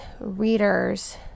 readers